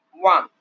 one